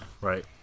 Right